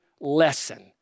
lesson